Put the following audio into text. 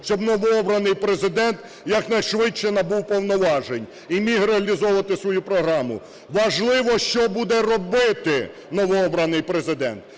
щоб новообраний Президент якнайшвидше набув повноважень і міг реалізовувати свою програму. Важливо, що буде робити новообраний Президент.